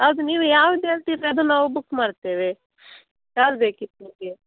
ಹೌದು ನೀವು ಯಾವ್ದು ಹೇಳ್ತೀರಿ ಅದು ನಾವು ಬುಕ್ ಮಾಡ್ತೇವೆ ಯಾವ್ದು ಬೇಕಿತ್ತು ನಿಮಗೆ